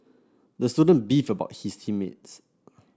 the student beefed about his team mates